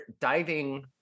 diving